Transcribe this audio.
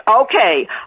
okay